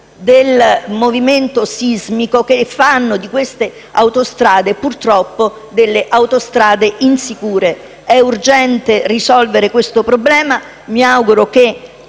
del movimento sismico che ne ha fatto purtroppo delle autostrade insicure. È urgente risolvere questo problema e mi auguro che